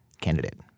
candidate